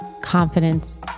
confidence